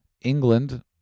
England